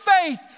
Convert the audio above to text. faith